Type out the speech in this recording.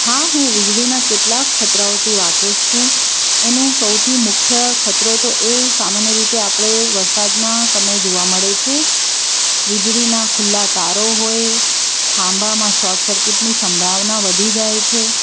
હા હું વીજળીના કેટલાક ખતરાઓથી વાકેફ છું એનો સૌથી મુખ્ય ખતરો તો એ સામાન્ય રીતે આપણે વરસાદના સમયે જોવા મળે છે વીજળીના ખુલ્લા તારો હોય ખંભામાં શૉટ સર્કિટની સંભાવના વધી જાય છે